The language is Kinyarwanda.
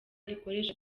rikoresha